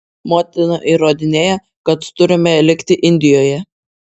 motina įrodinėjo kad turime likti indijoje